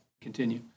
continue